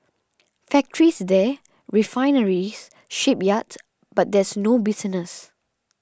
factories there refineries shipyards but there's no business